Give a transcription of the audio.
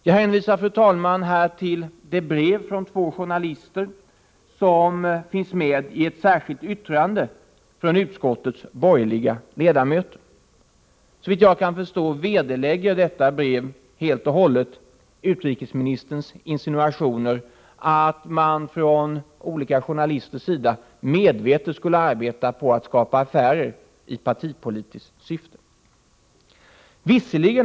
Jag hänvisar här, fru talman, till det brev från två journalister som finns med i ett särskilt yttrande från utskottets borgerliga ledamöter. Såvitt jag kan förstå vederlägger detta brev helt och hållet utrikesministerns insinuationer om att man från olika journalisters sida medvetet skulle arbeta på att skapa affärer i partipolitiskt syfte.